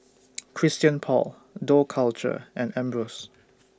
Christian Paul Dough Culture and Ambros